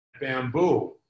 bamboo